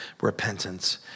repentance